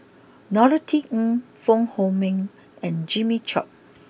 Norothy Ng Fong Hoe Beng and Jimmy Chok